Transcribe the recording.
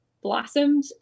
blossomed